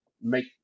make